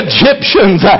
Egyptians